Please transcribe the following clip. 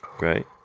Right